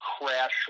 crash